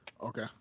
Okay